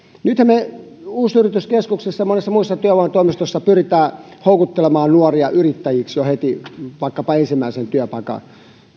nythän uusyrityskeskuksissa ja monissa muissa työvoimatoimistoissa pyritään houkuttelemaan nuoria yrittäjiksi jo heti vaikkapa ensimmäisen työpaikan